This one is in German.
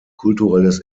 kulturelles